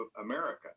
America